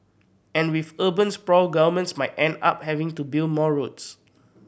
and with urban sprawl governments might end up having to build more roads